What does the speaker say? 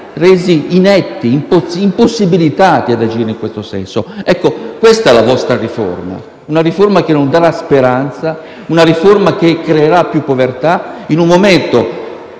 resi inetti, impossibilitati ad agire in questo senso. Questa è la vostra riforma, una riforma che non darà speranza, una riforma che creerà più povertà, in un momento